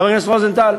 חבר הכנסת רוזנטל?